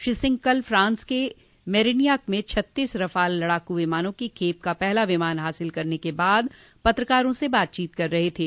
श्री सिंह कल फ्रांस के मेरिन्याक में छत्तीस रफ़ाल लड़ाकू विमानों की खेप का पहला विमान हासिल करने के बाद पत्रकारों से बातचीत कर रहे थे